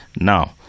Now